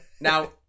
Now